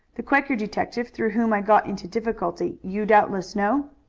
the quaker detective through whom i got into difficulty you doubtless know?